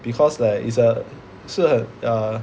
because like it's a 是 err